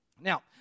Now